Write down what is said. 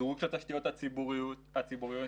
שדרוג התשתיות הציבוריות וכן הלאה.